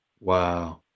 Wow